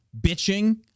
bitching